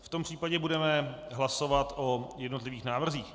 V tom případě budeme hlasovat o jednotlivých návrzích.